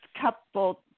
couple